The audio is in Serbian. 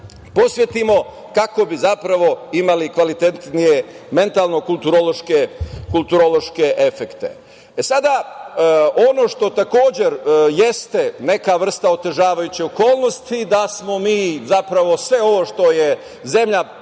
posvetimo kako bi zapravo imali kvalitetnije mentalno-kulturološke efekte. Sada, ono što takođe jeste neka vrsta otežavajuće okolnosti jeste da smo mi zapravo, sve ovo što je zemlja